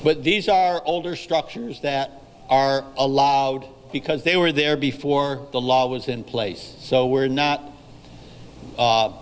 but these are older structures that are allowed because they were there before the law was in place so we're not